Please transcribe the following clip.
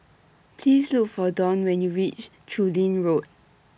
Please Look For Donn when YOU REACH Chu Lin Road